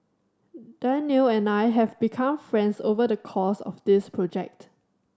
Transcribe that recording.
Danial and I have become friends over the course of this project